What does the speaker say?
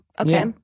Okay